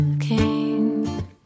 king